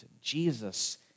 Jesus